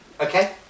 Okay